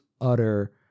utter